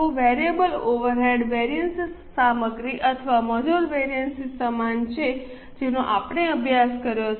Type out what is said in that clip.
હવે variable overhead variances સામગ્રી અથવા મજૂર વેરિએન્સ ની સમાન છે જેનો આપણે અભ્યાસ કર્યો છે